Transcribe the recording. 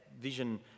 vision